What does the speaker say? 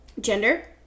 gender